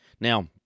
Now